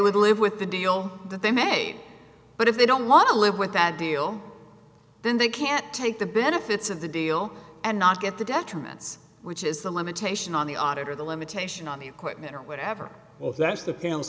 would live with the deal that they may but if they don't want to live with that deal then they can't take the benefits of the deal and not get the detriments which is the limitation on the auditor the limitation on the equipment or whatever or that's the palen